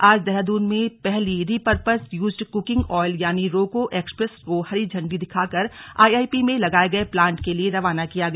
आज देहरादून में पहली रिपर्पज यूज्ड कुकिंग ऑयल यानि रुको एक्सप्रेस को इंडी दिखाकर आईआईपी में लगाये गये प्लांट के लिए रवाना किया गया